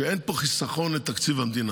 שאין פה חיסכון לתקציב המדינה.